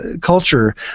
culture